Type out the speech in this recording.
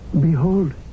Behold